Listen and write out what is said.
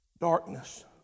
darkness